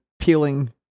peeling